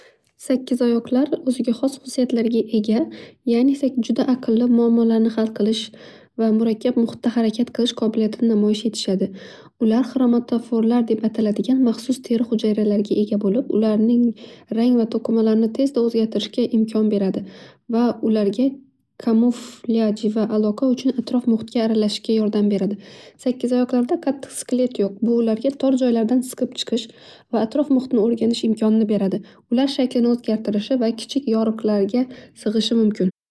Sakkizoyoqlar o'ziga xos xususiyatlarga ega ya'ni juda aqlli muammolarni xal qilish va murakkab muhitda harakat qilish qobiliyatini namoyish etishadi. Ular xromotoforlar deb ataladigan mahsus teri hujayralarga ega bo'lib ularning rangli to'qimalarini tezda o'zgartirishga imkon beradi. Va ularga komoflyaji va aloqa uchun atrof muhitga arlashishga yordam beradi. Sakkizoyoqlarda qattiq skelet yo'q bu ularga tor joylardan siqib chiqish va atrof muhitni o'rganish imkonini beradi. Ular shaklini o'zgartirishi va kichik yoriqlarga sig'ishi mumkin.